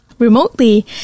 remotely